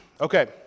Okay